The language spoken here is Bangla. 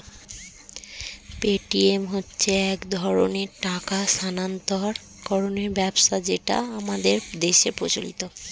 পেটিএম হচ্ছে এক ধরনের টাকা স্থানান্তরকরণের ব্যবস্থা যেটা আমাদের দেশের প্রচলিত